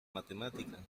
matemática